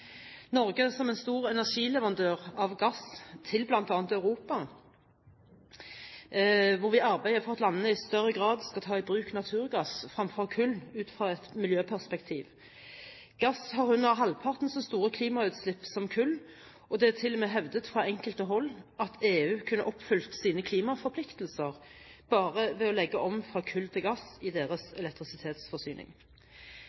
Norge, som en stor energileverandør av gass til bl.a. Europa, arbeider for at landene i større grad skal ta i bruk naturgass fremfor kull ut fra et miljøperspektiv. Gass har under halvparten så store klimautslipp som kull, og det er til og med hevdet fra enkelte hold at EU kunne oppfylt sine klimaforpliktelser bare ved å legge om fra kull til gass i